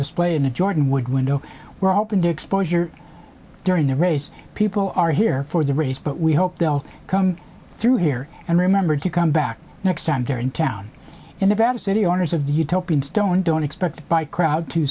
display in the jordan wood window were open to exposure during the race people are here for the race but we hope they'll come through here and remember to come back next time they're in town in nevada city owners of the utopian stone don't expect by crowd to